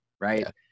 right